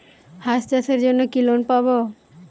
হাঁস চাষের জন্য কি লোন পাব?